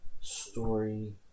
story